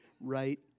right